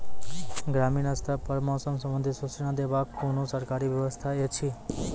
ग्रामीण स्तर पर मौसम संबंधित सूचना देवाक कुनू सरकारी व्यवस्था ऐछि?